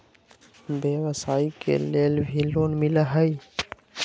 व्यवसाय के लेल भी लोन मिलहई?